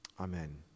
Amen